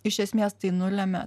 iš esmės tai nulemia